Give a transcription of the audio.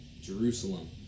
Jerusalem